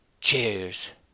cheers